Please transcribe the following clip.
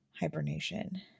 hibernation